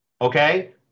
Okay